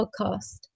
podcast